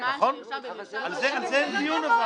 אבל על זה אין דיון.